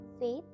Faith